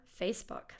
Facebook